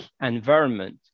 environment